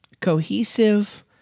cohesive